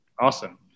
awesome